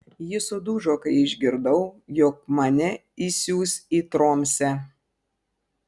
ji sudužo kai išgirdau jog mane išsiųs į tromsę